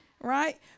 right